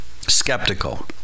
skeptical